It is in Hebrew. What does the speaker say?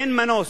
אין מנוס.